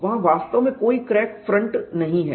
वहां वास्तव में कोई क्रैक फ्रंट नहीं है